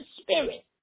spirit